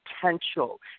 potential